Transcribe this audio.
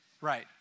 right